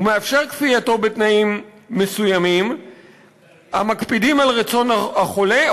ומאפשר כפייתו בתנאים מסוימים המקפידים על רצון החולה,